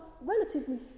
relatively